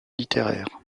littéraires